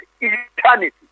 eternity